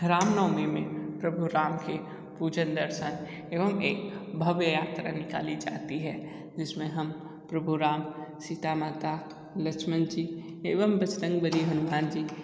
राम नवमी में प्रभु राम के पूजन दर्शन एवं एक भव्य यात्रा निकाली जाती हैं जिसमें हम प्रभु राम सीता माता लक्ष्मण जी एवं बजरंग बली हनुमान जी